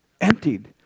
Emptied